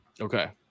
Okay